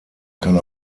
kann